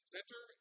Center